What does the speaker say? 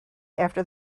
after